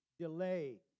delay